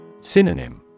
Synonym